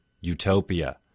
Utopia